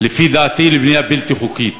לפי דעתי, לבנייה בלתי חוקית,